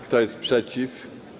Kto jest przeciw?